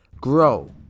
Grow